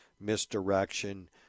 misdirection